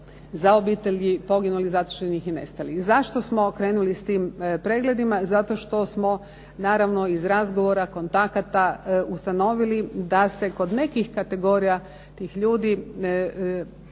za obitelji poginulih, zatočenih i nestalih. Zašto smo krenuli s tim pregledima? Zato što smo naravno iz razgovora, kontakata ustanovili da se kod nekih kategorija tih ljudi